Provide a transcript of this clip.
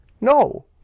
No